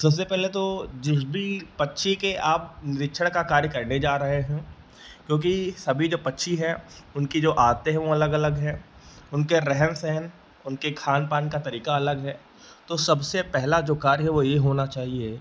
सबसे पहले तो जिस भी पक्षी के आप निरिक्षण का कार्य करने जा रहे हैं क्योंकि सभी ज पक्षी है उनकी जो आते है वह अलग अलग है उनके रहन सहन उनके खान पान का तरीका अलग है तो सबसे पहला जो कार्य है वह यह होना चाहिए